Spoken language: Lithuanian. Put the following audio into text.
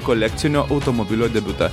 kolekcinio automobilio debiutą